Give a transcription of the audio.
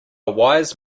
wise